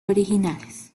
originales